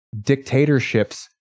dictatorships